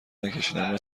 نکشینالان